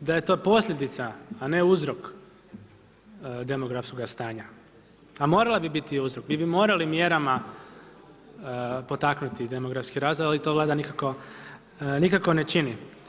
da je to posljedica a ne uzrok demografskoga stanja a morala bi biti uzrok, mi bi morali mjerama potaknuti demografski razvoj ali to Vlada nikako ne čini.